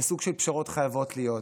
וסוג של פשרות חייבות להיות.